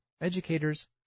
educators